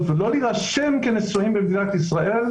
ולא להירשם כנשואים במדינת ישראל,